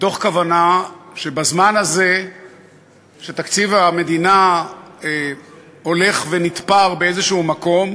מתוך כוונה שבזמן הזה שתקציב המדינה הולך ונתפר באיזה מקום,